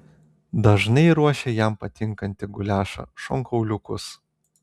dažnai ruošia jam patinkantį guliašą šonkauliukus